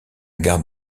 gare